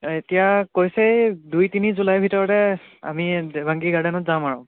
এতিয়া কৈছেই দুই তিনি জুলাইৰ ভিতৰতে আমি দেবাংগী গাৰ্ডেনত যাম আৰু